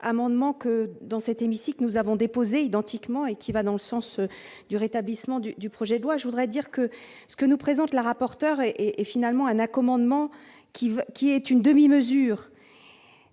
amendements que dans cet hémicycle, nous avons déposé identiquement et qui va dans le sens du rétablissement du du projet de loi, je voudrais dire que ce que nous présente le rapporteur et finalement un commandement qui veut, qui est une demi-mesure,